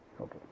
Okay